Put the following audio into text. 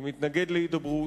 ומתנגד להידברות.